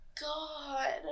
God